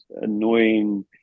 annoying